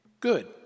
Good